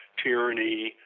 tyranny,